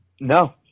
No